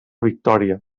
victòria